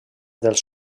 dels